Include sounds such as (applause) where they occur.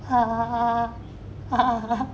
(laughs)